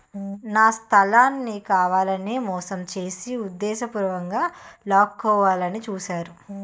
నా స్థలాన్ని కావాలనే మోసం చేసి ఉద్దేశపూర్వకంగా లాక్కోవాలని చూశారు